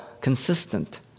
consistent